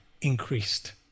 increased